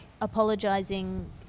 apologising